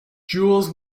jewels